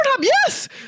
Yes